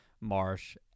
Marsh